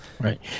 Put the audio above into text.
Right